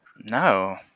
No